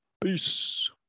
Peace